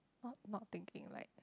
not thinking like